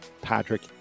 Patrick